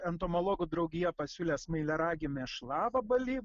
entomologų draugija pasiūlė smailiaragį mėšlavabalį